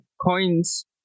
coins